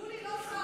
יולי לא שר.